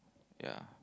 ya